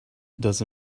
does